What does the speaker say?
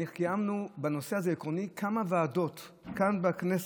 קיימנו בנושא הזה העקרוני כמה ועדות כאן בכנסת,